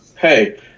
Hey